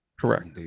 Correct